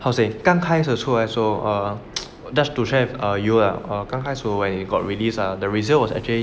how to say 刚开始出来的时候 err just to share with err you lah err 刚开始 when it got release ah the resale was actually